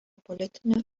politinių